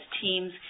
teams